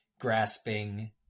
grasping